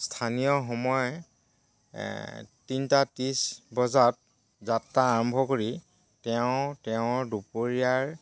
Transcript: স্থানীয় সময় তিনিটা ত্ৰিছ বজাত যাত্ৰা আৰম্ভ কৰি তেওঁ তেওঁৰ দুপৰীয়াৰ